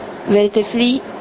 relatively